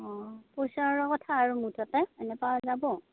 অ' পইচাৰো কথা আৰু মুঠতে এনেকুৱা যাব